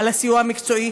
על הסיוע המקצועי.